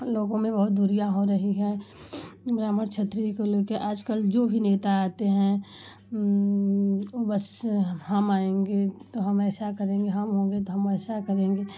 लोगों में बहुत दूरियाँ हो रही है ब्राह्मण क्षत्रिय को लेके आजकल जो भी नेता आते हैं बस हम आएँगे तो हम ऐसा करेंगे हम होंगे तो हम वैसा करेंगे